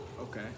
Okay